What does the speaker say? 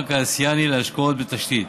והבנק האסיאני להשקעות בתשתיות.